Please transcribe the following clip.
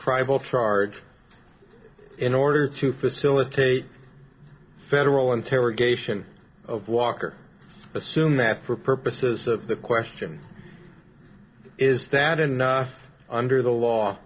both charge in order to facilitate federal interrogation of walker assume that for purposes of the question is that enough under the law